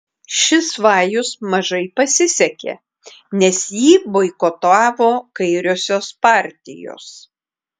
šis vajus mažai pasisekė nes jį boikotavo kairiosios partijos